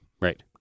Right